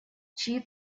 чьи